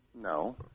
No